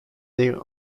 their